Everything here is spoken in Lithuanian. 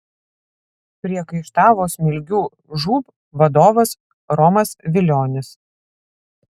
priekaištavo smilgių žūb vadovas romas vilionis